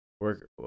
work